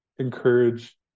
encourage